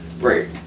Right